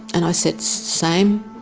and i said, same.